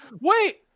Wait